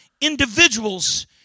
individuals